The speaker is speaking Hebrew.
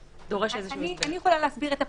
אני יכולה להסביר את הפלילי.